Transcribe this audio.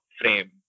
frame